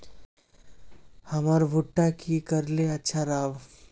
हमर भुट्टा की करले अच्छा राब?